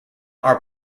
are